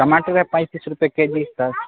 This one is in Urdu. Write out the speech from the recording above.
ٹماٹر ہے پینتیس روپئے کے جی سر